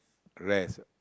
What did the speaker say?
rest